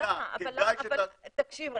תקשיב רגע,